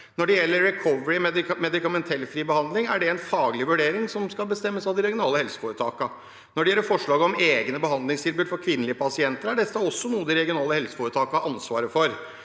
Når det gjelder recovery og medikamentfri behandling, er det en faglig vurdering som skal bestemmes av de regionale helseforetakene. Når det gjelder forslaget om egne behandlingstilbud for kvinnelige pasienter, er det også noe de regionale helseforetakene har ansvaret for.